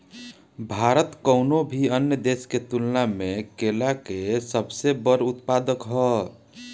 भारत कउनों भी अन्य देश के तुलना में केला के सबसे बड़ उत्पादक ह